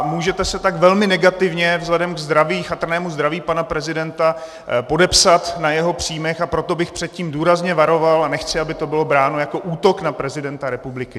Můžete se tak velmi negativně vzhledem k chatrnému zdraví pana prezidenta podepsat na jeho příjmech, a proto bych před tím důrazně varoval a nechci, aby to bylo bráno jako útok na prezidenta republiky.